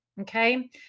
Okay